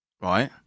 Right